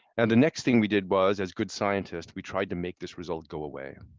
and the next thing we did was, as good scientists, we try to make this result go away.